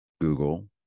Google